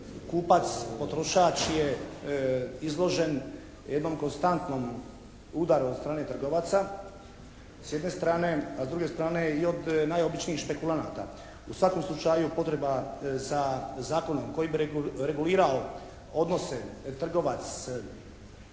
kupac potrošač je izložen jednom konstantnom udaru od strane trgovaca s jedne strane, a s druge strane i od najobičnijih špekulanata. U svakom slučaju potreba za zakonom koji bi regulirao odnose trgovac-potrošač